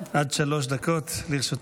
עד שלוש דקות לרשותך.